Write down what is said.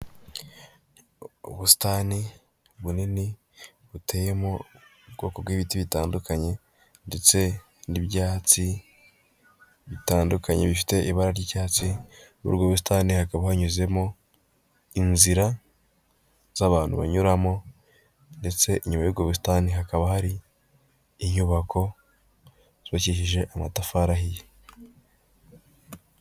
Ubusitani bunini buteyemo ubwoko bw'ibiti bitandukanye ndetse n'ibyatsi bitandukanye bifite ibara ry'icyatsi, muri ubwo busitani hakaba hanyuzemo inzira z'abantu banyuramo ndetse inyuma y'ubwo busitani hakaba hari inyubako zubakishije amatafari ahiye.